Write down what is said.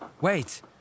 Wait